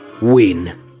win